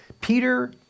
Peter